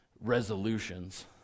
resolutions